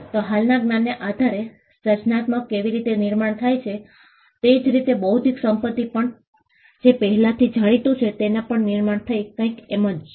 તો હાલના જ્ઞાનને આધારે સર્જનાત્મકતા કેવી રીતે નિર્માણ થાય છે તે જ રીતે બૌદ્ધિક સંપત્તિ પણ જે પહેલાથી જાણીતું છે તેના પર નિર્માણ થાય કંઈક એમજ છે